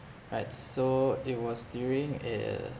right so it was during uh